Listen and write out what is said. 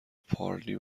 پارلی